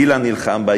אילן נלחם בה.